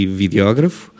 videógrafo